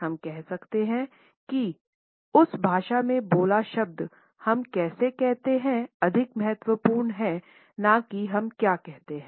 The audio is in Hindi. हम कह सकते हैंकी उस भाषा में बोला शब्द हम कैसे कहते हैं अधिक महत्वपूर्ण है न की हम क्या कहते हैं